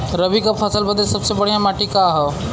रबी क फसल बदे सबसे बढ़िया माटी का ह?